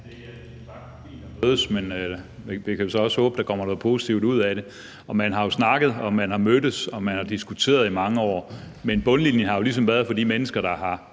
Det er som sagt fint at mødes, men vi kan jo så også håbe, at der kommer noget positivt ud af det. Man har jo snakket, man har mødtes, og man har diskuteret i mange år, men bundlinjen for de mennesker, der har